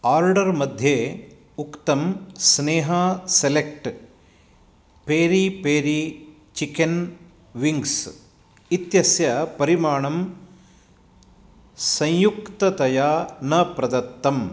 order मध्ये उक्तं Sneha select peri peri chicken wings इत्यस्य परिमाणं संयुक्ततया न प्रदत्तम्